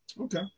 okay